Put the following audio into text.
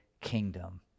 kingdom